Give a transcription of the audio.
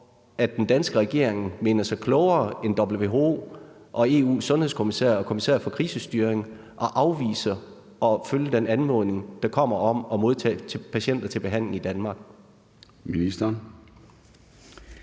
at den danske regering mener sig klogere end WHO og EU's sundhedskommissær og kommissær for krisestyring og afviser at følge den anmodning, der kommer, om at modtage patienter til behandling i Danmark?